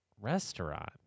restaurant